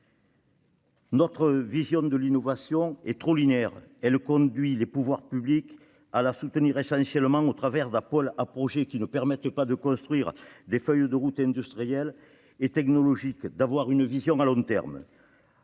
notre vision est trop linéaire. Elle conduit les pouvoirs publics à soutenir l'innovation essentiellement au travers d'appels à projets qui ne permettent ni de construire des feuilles de route industrielle et technologique ni d'avoir une vision de long terme.